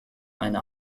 eine